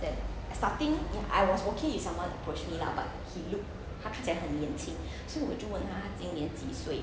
then uh starting I was okay if someone approached me lah but he looked 他看起来很年轻 so 我就问他他今年几岁